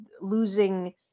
losing